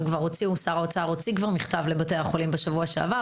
שר האוצר הוציא כבר מכתב לבתי החולים בשבוע שעבר